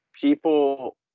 people